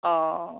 অঁ